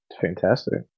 fantastic